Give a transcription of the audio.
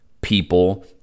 people